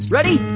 Ready